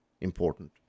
important